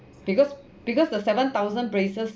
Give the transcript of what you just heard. because because the seven thousand braces